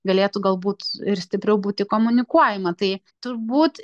galėtų galbūt ir stipriau būti komunikuojama tai turbūt